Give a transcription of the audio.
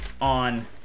on